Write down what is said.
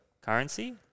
currency –